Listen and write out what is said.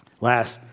Last